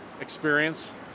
experience